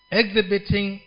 exhibiting